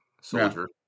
soldier